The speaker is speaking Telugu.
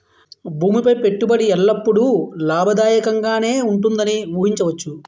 భూమి పై పెట్టుబడి ఎల్లప్పుడూ లాభదాయకంగానే ఉంటుందని ఊహించవచ్చు